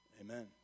Amen